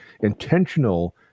intentional